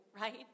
right